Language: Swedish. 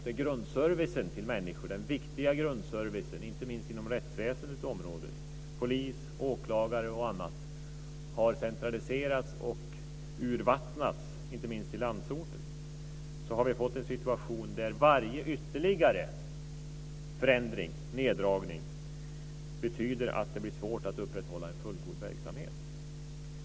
Den viktiga grundservicen inte minst inom rättsväsendets område - polis, åklagare och annat - har centraliserats och urvattnats, inte minst i landsorten. Varje ytterligare förändring, neddragning, betyder nu att det blir svårt att upprätthålla en fullgod verksamhet.